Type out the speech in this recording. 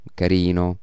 carino